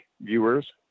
viewers